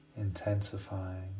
intensifying